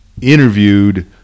interviewed